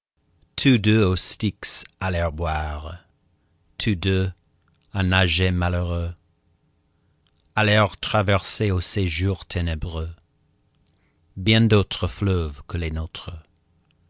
boire tous deux à nager malheureux allèrent traverser au séjour ténébreux bien d'autres fleuves que les nôtres